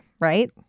right